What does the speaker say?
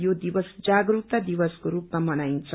यो दिवस जागरूकता दिवसको रूपमा मनाईन्छ